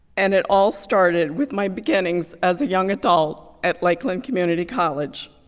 and it all started with my beginnings as a young adult at lakeland community college.